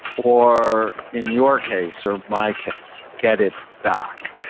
or in your case, or my case get it back.